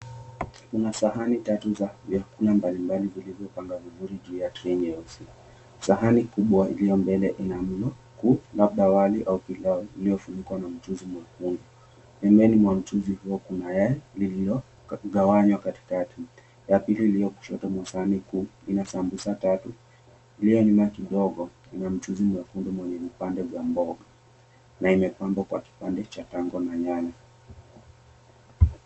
Kuna sahani tatu za vyakula mbalimbali zilizopangwa vizuri juu ya trei nyeusi. Sahani kubwa iliyo mbele ina mlo kuu, labda wali au pilau uliofunikwa na mchuzi mwekundu. Pembeni ya mchuzi huo kuna yai lililogawanywa katikati. Ya pili kushoto mezani kuu ina sambusa tatu. Iliyo nyuma kidogo ina mchuzi mwekundu mwenye vipande vya mboga na imepangwa kipande cha tango na nyanya.